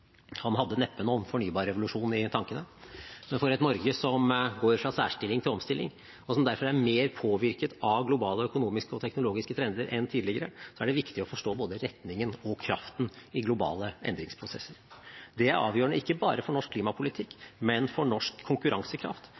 Han hadde neppe noen fornybarrevolusjon i tankene. Men for et Norge som går fra særstilling til omstilling, og som derfor er mer påvirket av globale økonomiske og teknologiske trender enn tidligere, er det viktig å forstå både retningen og kraften i globale endringsprosesser. Det er avgjørende ikke bare for norsk klimapolitikk, men for norsk konkurransekraft,